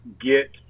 get